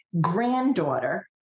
granddaughter